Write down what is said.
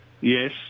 Yes